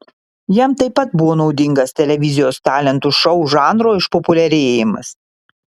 jam taip pat buvo naudingas televizijos talentų šou žanro išpopuliarėjimas